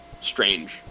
strange